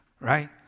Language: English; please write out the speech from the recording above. right